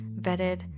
vetted